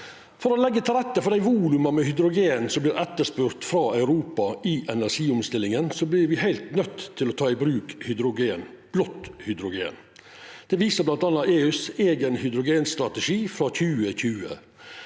For å leggja til rette for dei voluma med hydrogen som vert etterspurde frå Europa i energiomstillinga, vert me heilt nøydde til å ta i bruk hydrogen, blått hydrogen. Det viser bl.a. EUs eigen hydrogenstrategi frå 2020.